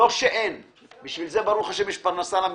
לא שאין מי שלא משלם.